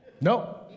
No